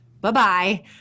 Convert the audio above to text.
Bye-bye